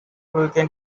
weekend